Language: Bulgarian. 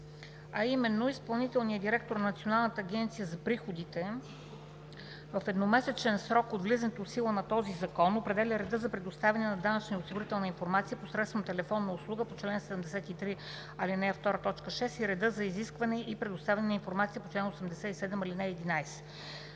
а именно: „Изпълнителният директор на Националната агенция за приходите в едномесечен срок от влизането в сила на този закон определя реда за предоставяне на данъчна и осигурителна информация посредством телефонна услуга по чл. 73, ал. 2, т. 6 и реда за изискване и предоставяне на информация по чл. 87, ал. 11.“